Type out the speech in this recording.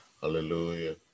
Hallelujah